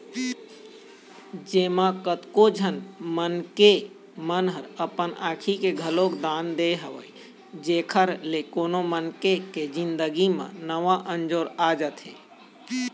जेमा कतको झन मनखे मन ह अपन आँखी के घलोक दान दे हवय जेखर ले कोनो मनखे के जिनगी म नवा अंजोर आ जाथे